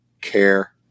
care